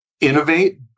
innovate